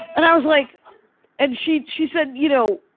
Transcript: and i was like and she she said, you know,